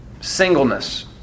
singleness